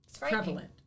prevalent